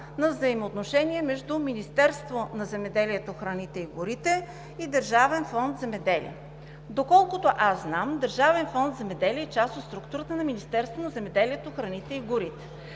на взаимоотношения между Министерството на земеделието, храните и горите и Държавен фонд „Земеделие“. Доколкото знам, Държавен фонд „Земеделие“ е част от структурата на Министерството на земеделието, храните и горите.